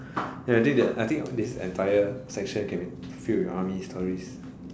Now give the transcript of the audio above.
ya I do the I think this entire section can be filled with army stories